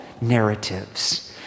narratives